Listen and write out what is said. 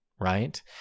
right